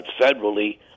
federally